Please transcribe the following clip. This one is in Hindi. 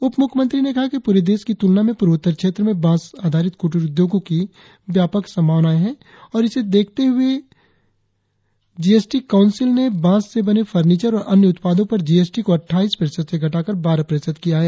उप मुख्यमंत्री ने कहा कि पूरे देश की तूलना में पूर्वोत्तर क्षेत्र में बांस आधारित कुटीर उद्योगों की व्यापक संभावनाएं है और इसे ध्यान में रखते हुए जीएसटी कौंसिल ने बांस से बने फर्निचर और अन्य उत्पादों पर जीएसटी को अटठाइस प्रतिशत से घटाकर बारह प्रतिशत किया है